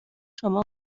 شما